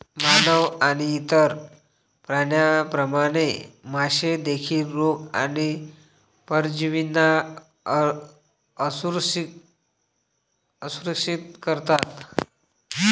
मानव आणि इतर प्राण्यांप्रमाणे, मासे देखील रोग आणि परजीवींना असुरक्षित असतात